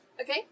Okay